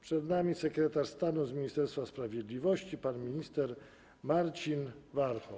Przed nami sekretarz stanu w Ministerstwie Sprawiedliwości pan minister Marcin Warchoł.